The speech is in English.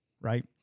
Right